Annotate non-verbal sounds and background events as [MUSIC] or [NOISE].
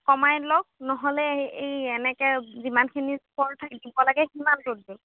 কমাই লওক নহ'লে এই এনেকে যিমানখিনি [UNINTELLIGIBLE] থাকে দিব লাগে সিমান [UNINTELLIGIBLE]